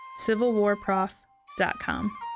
civilwarprof.com